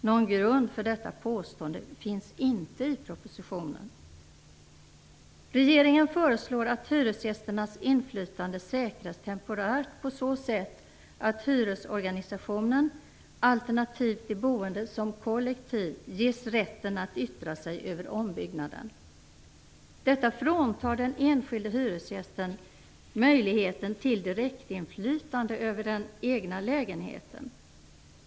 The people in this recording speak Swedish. Någon grund för detta påstående finns inte i propositionen. Regeringen föreslår att hyresgästernas inflytande säkras temporärt på så sätt att hyresgästorganisationen alternativt de boende som kollektiv ges rätten att yttra sig över ombyggnaden. Detta fråntar den enskilde hyresgästen möjligheten till direktinflytande över den egna lägenheten.